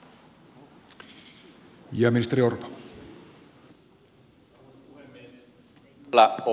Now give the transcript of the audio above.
kyllä on